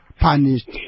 punished